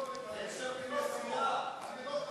לא עלית להתפלל באל-אקצא לאחרונה.